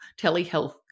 telehealth